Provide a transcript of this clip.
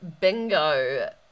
bingo